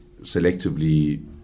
selectively